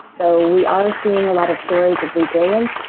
though we are seeing a lot of stories of resilience,